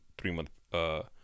three-month